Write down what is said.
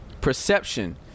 perception